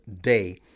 Day